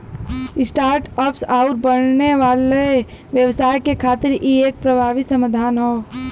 start ups आउर बढ़ने वाले व्यवसाय के खातिर इ एक प्रभावी समाधान हौ